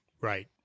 right